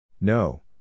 No